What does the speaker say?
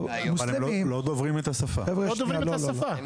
לא דוברים את השפה.